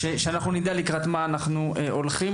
הייתי רוצה שנדע לקראת מה אנחנו הולכים.